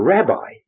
Rabbi